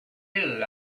ill